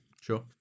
Sure